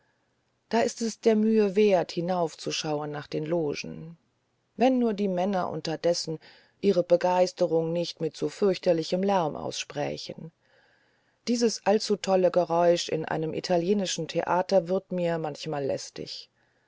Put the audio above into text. da ist es der mühe wert hinaufzuschauen nach den logen wenn nur die männer unterdessen ihre begeisterung nicht mit so fürchterlichem lärm aussprächen dieses allzu tolle geräusch in einem italienischen theater wird mir manchmal lästig